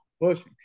pushing